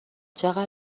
چقدر